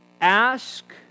Ask